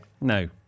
No